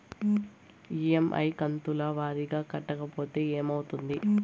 EMI కంతుల వారీగా కట్టకపోతే ఏమవుతుంది?